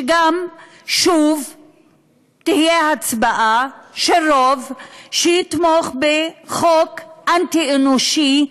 שוב תהיה הצבעה של רוב שיתמוך בחוק אנטי-אנושי,